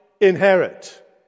inherit